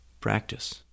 practice